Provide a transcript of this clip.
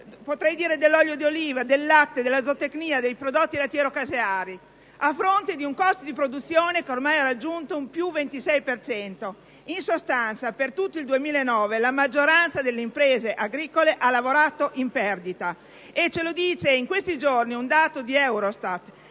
Potrei parlare dell'olio d'oliva, del latte, della zootecnia, dei prodotti lattiero-caseari, a fronte di un costo di produzione che ormai ha raggiunto un più 26 per cento. In sostanza, per tutto il 2009 la maggioranza delle imprese agricole ha lavorato in perdita, e ce lo mostra in questi giorni un dato di Eurostat: